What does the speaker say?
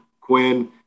Quinn